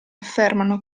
affermano